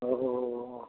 ओहो